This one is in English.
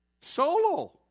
solo